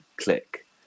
click